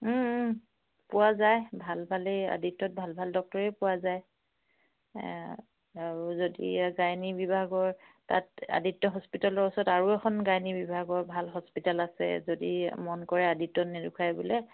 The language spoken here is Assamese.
পোৱা যায় ভাল ভালেই আদিত্যত ভাল ভাল ডক্তৰেই পোৱা যায় আৰু যদি গাইনী বিভাগৰ তাত আদিত্য হস্পিটলৰ ওচৰত আৰু এখন গাইনী বিভাগৰ ভাল হস্পিটেল আছে যদি মন কৰে আদিত্যত নেদেখুৱায় বোলে